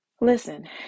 Listen